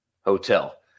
hotel